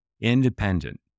independent